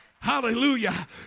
Hallelujah